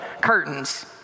curtains